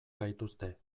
gaituzte